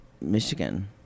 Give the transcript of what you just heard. Michigan